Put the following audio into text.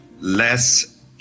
less